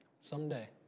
Someday